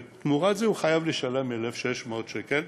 ותמורת זה הוא חייב לשלם 1,600 שקל,